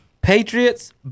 Patriots